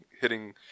hitting